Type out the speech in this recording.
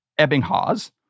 Ebbinghaus